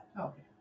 Okay